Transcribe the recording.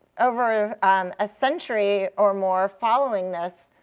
over a century or more following this,